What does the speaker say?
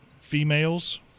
females